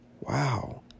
wow